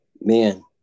man